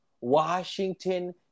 Washington